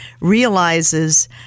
realizes